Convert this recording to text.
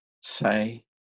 say